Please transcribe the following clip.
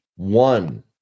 One